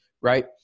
right